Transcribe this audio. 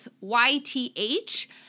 Y-T-H